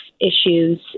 issues